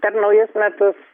per naujus metus